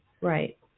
right